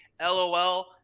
LOL